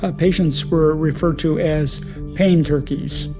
ah patients were referred to as pain turkeys.